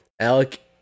Alec